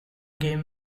game